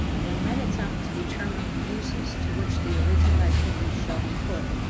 when men attempt to determine the uses to which the original activities shall be put,